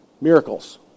Miracles